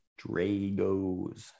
Dragos